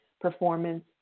performance